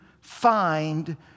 find